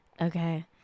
Okay